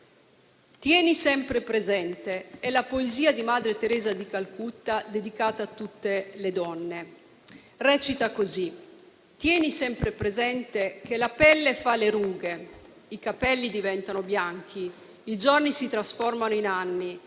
«Tieni sempre presente» è la poesia di madre Teresa di Calcutta dedicata a tutte le donne e recita così: «Tieni sempre presente che la pelle fa le rughe, i capelli diventano bianchi, i giorni si trasformano in anni.